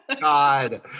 God